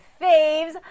faves